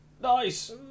Nice